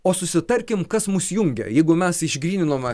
o susitarkim kas mus jungia jeigu mes išgryninome